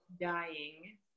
dying